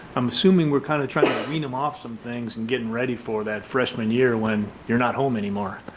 i'm assuming we're kind of trying to wean them off some things and getting ready for that freshman year when you're not home anymore.